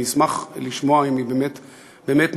אני אשמח לשמוע אם היא באמת מופעלת.